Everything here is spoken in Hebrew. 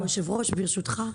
יושב הראש ברשותך.